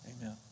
amen